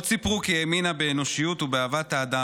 עוד סיפרו כי האמינה באנושיות ובאהבת האדם,